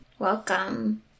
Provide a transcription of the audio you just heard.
welcome